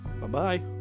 Bye-bye